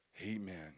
Amen